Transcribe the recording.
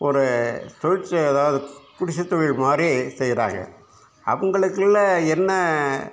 ஒரு தொழிற்ச ஏதாவது பிடிச்ச தொழில் மாதிரி செய்கிறாங்க அவங்களுக்குள்ள என்ன